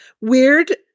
Weird